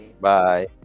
bye